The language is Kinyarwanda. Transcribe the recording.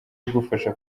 igufasha